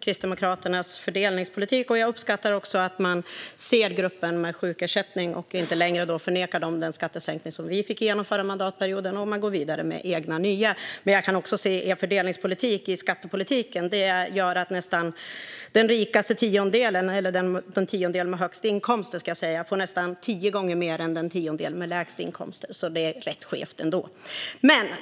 Kristdemokraternas fördelningspolitik, och jag uppskattar att man ser gruppen med sjukersättning. Jag uppskattar att man inte längre förnekar dem den skattesänkning som vi fick igenom förra mandatperioden och att man går vidare med egna, nya skattesänkningar. Men jag kan också se att er fördelningspolitik i skattepolitiken gör att den tiondel som har de högsta inkomsterna får nästan tio gånger mer än den tiondel som har de lägsta inkomsterna, så det är rätt skevt ändå.